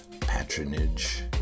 patronage